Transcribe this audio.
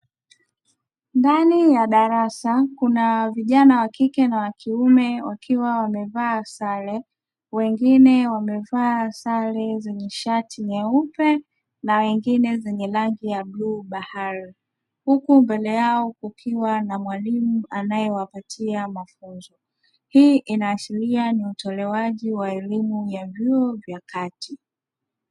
Ndani ya darasa, kuna vijana wa kike na wa kiume wakiwa wamevaa sare. Wengine wamevaa sare zenye shati nyeupe, na wengine zenye rangi ya bluu bahari; huku mbele yao kukiwa na mwalimu anayewapatia mafunzo. Hii inaashiria ni utoaji wa elimu ya vyuo vya kati.